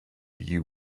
you